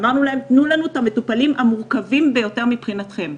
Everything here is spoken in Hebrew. וביקשנו מהם שיתנו לנו את המטופלים המורכבים ביותר מבחינתם.